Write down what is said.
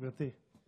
גברתי,